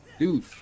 Dude